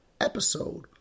episode